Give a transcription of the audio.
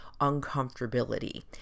uncomfortability